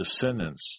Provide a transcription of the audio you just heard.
descendants